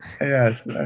yes